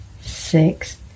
six